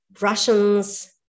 Russians